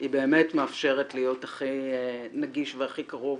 באמת מאפשרת להיות הגוף הכי נגיש והכי קרוב